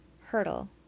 hurdle